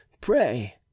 Pray